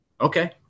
Okay